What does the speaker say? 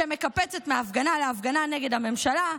שמקפצת מהפגנה להפגנה נגד הממשלה,